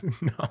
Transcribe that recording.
No